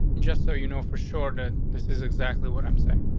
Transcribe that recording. just so you know, for shorted, this is exactly what i'm saying.